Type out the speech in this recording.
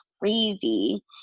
crazy